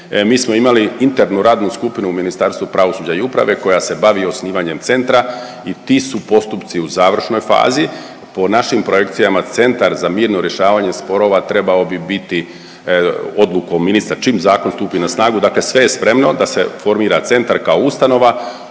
Mi smo imali internu radnu skupinu u Ministarstvu pravosuđa i uprave koja se bavi osnivanjem centra i ti su postupci u završnoj fazi. Po našim projekcijama Centar za mirno rješavanje sporova trebao bi biti odlukom ministra čim zakon stupi na snagu, dakle sve je spremno da se formira centar kao ustanova.